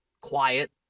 quiet